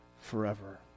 forever